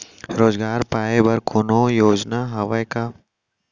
रोजगार पाए बर कोनो योजना हवय का?